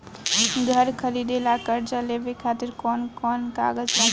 घर खरीदे ला कर्जा लेवे खातिर कौन कौन कागज लागी?